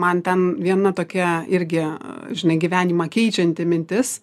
man ten viena tokia irgi žinai gyvenimą keičianti mintis